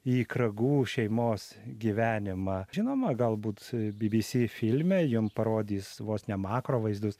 į kragų šeimos gyvenimą žinoma galbūt bbc filme jum parodys vos ne makro vaizdus